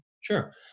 Sure